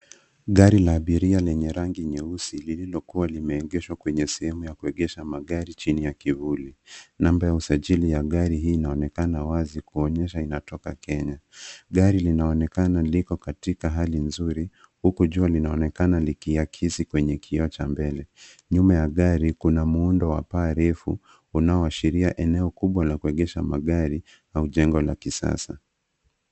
Gari la abiria lenye rangi nyeusi, lililokua limeegeshwa kwenye sehemu ya magari chini ya kivuli. Namba ya usajili ya gari hii inaonekana wazi kuonyesha inatoka kenya. Gari linaonekana liko katika hali nzuri, huku jua linaonekana likiakisi kwenye kioo cha mbele. Nyuma ya gari kuna muundo wa paa refu unaoashiria eneo kubwa la kuegesha magari au jengo la kisasa.